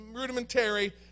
rudimentary